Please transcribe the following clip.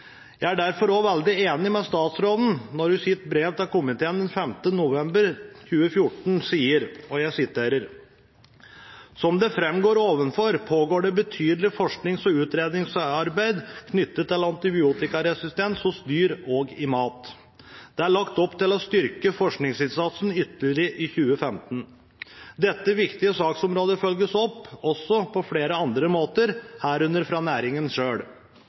Jeg er derfor veldig enig med statsråden når hun i sitt brev til komiteen den 5. november 2014 sier: «Som det fremgår ovenfor, pågår det betydelig forsknings- og utredningsarbeid knyttet til antibiotikaresistens hos dyr og i mat. Det er lagt opp til å styrke forskningsinnsatsen ytterligere i 2015. Dette viktige saksområdet følges også opp på flere andre måter, her under fra næringen